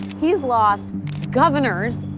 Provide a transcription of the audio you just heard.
he's lost governors,